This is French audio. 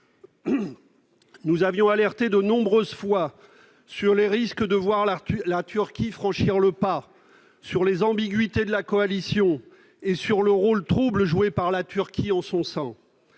Nous avions alerté à de nombreuses reprises sur les risques de voir la Turquie franchir le pas, sur les ambiguïtés de la coalition et sur le rôle trouble joué par la Turquie en son sein.